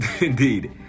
Indeed